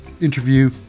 interview